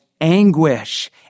anguish